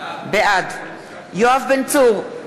בעד יואב בן צור,